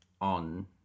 on